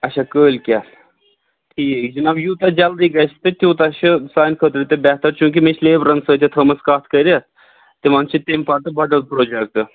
اَچھا کٲلۍ کٮ۪تھ ٹھیٖک جِناب یوٗتاہ جلدی گَژھِ تہٕ تیٛوٗتاہ چھُ سانہِ خٲطرٕ تہِ بہتر چوٗنٛکہِ مےٚ چھِ لیبرَن سۭتۍ تہِ تھٲومٕژ کَتھ کٔرِتھ تِمَن چھُ تَمہِ پَتہٕ بَدَل پروجیکٹہٕ